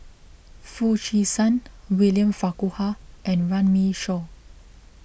Foo Chee San William Farquhar and Runme Shaw